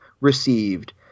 received